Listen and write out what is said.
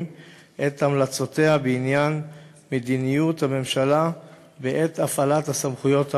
את המלצותיה בעניין מדיניות הממשלה בעת הפעלת הסמכויות האמורה,